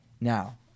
Now